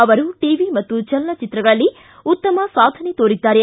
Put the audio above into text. ಅವರು ಟಿವಿ ಮತ್ತು ಚಲನಚಿತ್ರಗಳಲ್ಲಿ ಉತ್ತಮ ಸಾಧನೆ ತೋರಿದ್ದಾರೆ